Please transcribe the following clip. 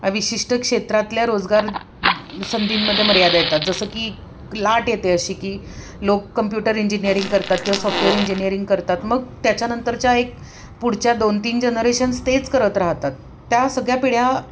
विशिष्ट क्षेत्रातल्या रोजगार संधींमध्ये मर्यादा येतात जसं की लाट येते अशी की लोक कम्प्युटर इंजिनियरिंग करतात किंवा सॉफ्टवेअर इंजिनिअरिंग करतात मग त्याच्यानंतरच्या एक पुढच्या दोन तीन जनरेशन्स तेच करत राहतात त्या सगळ्या पिढ्या